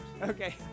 Okay